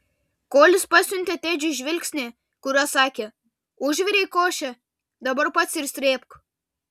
kolis pasiuntė tedžiui žvilgsnį kuriuo sakė užvirei košę dabar pats ir srėbk